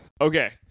Okay